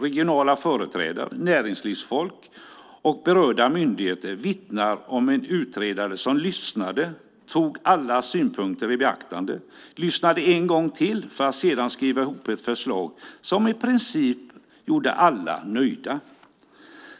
Regionala företrädare, näringslivsfolk och berörda myndigheter vittnar om en utredare som lyssnade, tog allas synpunkter i beaktande, lyssnade en gång till för att sedan skriva ihop ett förslag som i princip gjorde alla nöjda.